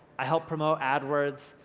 i help promote adwords.